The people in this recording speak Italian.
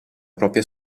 propria